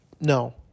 no